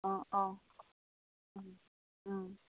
अ अ ओं